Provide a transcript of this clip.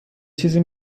چیزی